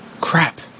Crap